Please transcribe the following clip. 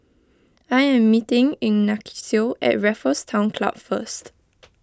I am meeting Ignacio at Raffles Town Club first